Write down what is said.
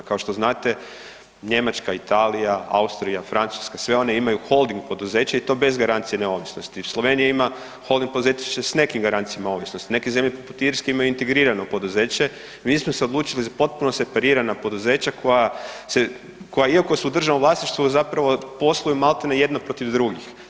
A kao što znate, Njemačka, Italija, Austrija, Francuska, sve one imaju holding poduzeća i to bez garancije neovisnosti, Slovenija ima holding poduzeća sa nekim garancijama ovisnosti, neke zemlje poput Irske imaju integrirano poduzeće, mi smo se odlučili za potpuno separirana poduzeća koja iako su u državnom vlasništvu, zapravo posluju malti ne jedno protiv drugih.